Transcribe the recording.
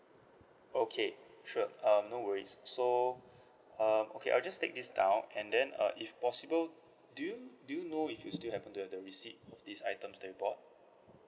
okay sure um no worries so um okay I will just take this down and then uh if possible do you do you know if you still happen to have the receipt of these items that you bought